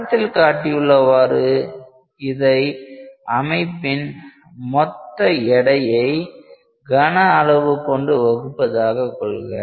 படத்தில் காட்டியுள்ளவாறு இதை அமைப்பின் மொத்த எடையை கன அளவு கொண்டு வகுப்பதாக கொள்க